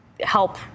help